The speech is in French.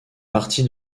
partie